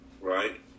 right